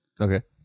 Okay